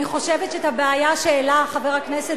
אני חושבת שאת הבעיה שהעלה חבר הכנסת